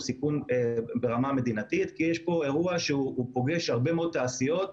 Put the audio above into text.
הוא סיכון ברמה המדינתית כי יש פה אירוע שפוגש הרבה מאוד תעשיות.